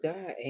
God